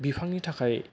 बिफांनि थाखाय